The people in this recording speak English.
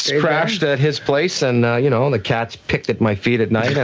crashed at his place, and you know the cats picked at my feet at night, and